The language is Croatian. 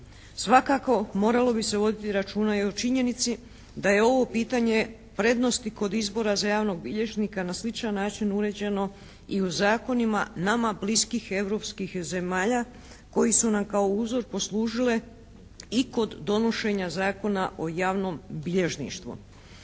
Svakako moralo bi se voditi računa i o činjenici da je ovo pitanje prednosti kod izbora za javnog bilježnika na sličan način uređeno i u zakonima nama bliskih europskih zemalja koji su nam kao uzor poslužile i kod donošenja Zakona o javnom bilježništvu.